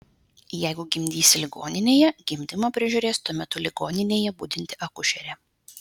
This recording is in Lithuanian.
jeigu gimdysi ligoninėje gimdymą prižiūrės tuo metu ligoninėje budinti akušerė